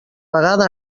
vegada